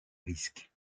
risque